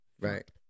Right